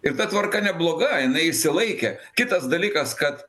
ir ta tvarka nebloga jinai išsilaikė kitas dalykas kad